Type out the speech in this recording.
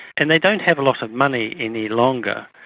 and they don't have a lot of money any longer.